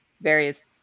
various